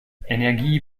energie